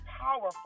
powerful